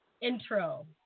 intro